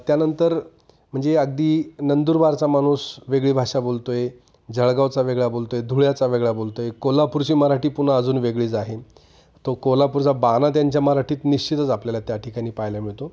त्यानंतर म्हणजे अगदी नंदुरबारचा माणूस वेगळी भाषा बोलतो आहे जळगावचा वेगळा बोलतो आहे धुळ्याचा वेगळा बोलतो आहे कोल्हापूरची मराठी पुन्हा अजून वेगळीच आहे तो कोल्हापूरचा बाणा त्यांच्या मराठीत निश्चितच आपल्याला त्या ठिकाणी पाहायला मिळतो